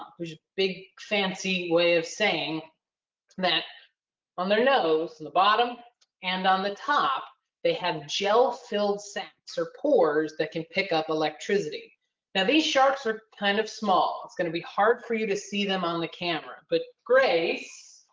um which is a big fancy way of saying that on their nose, on and the bottom and on the top they have gel-filled sacs or pores that can pick up electricity. now these sharks are kind of small. it's going to be hard for you to see them on the camera. but grace,